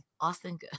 Austin